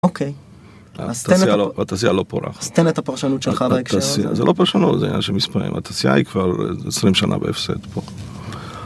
אוקיי, אז, התעשיה לא פורחת, אז תן את הפרשנות שלך בהקשר הזה. זה לא פרשנות, זה עניין של מספרים. התעשיה היא כבר 20 שנה בהפסד פה.